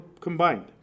combined